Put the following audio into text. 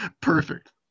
Perfect